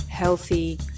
healthy